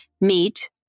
Meet